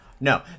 No